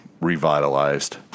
revitalized